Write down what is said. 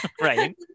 right